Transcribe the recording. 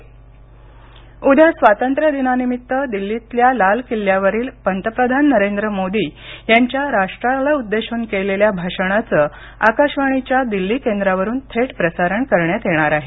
बातमीपत्र वेळ उद्या स्वातंत्र्यदिनानिमित्त दिल्लीतल्या लाल किल्ल्यावरील पंतप्रधान नरेंद्र मोदी यांच्या राष्ट्राला उद्देशून दिलेल्या संदेशाचं आकाशवाणीच्या दिल्ली केंद्रावरुन थेट प्रसारण करण्यात येणार आहे